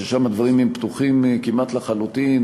ששם הדברים הם פתוחים כמעט לחלוטין.